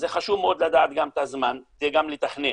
אז חשוב מאוד לדעת גם את הזמן כדי גם לתכנן.